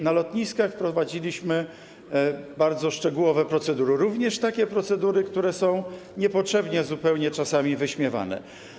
Na lotniskach wprowadziliśmy bardzo szczegółowe procedury, również takie procedury, które są zupełnie niepotrzebnie czasami wyśmiewane.